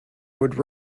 would